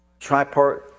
tripart